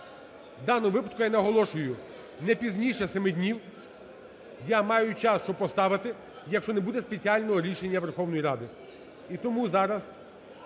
даному випадку, я наголошую, не пізніше 7 днів я маю час, щоб поставити, якщо не буде спеціального рішення Верховної Ради.